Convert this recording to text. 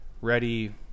ready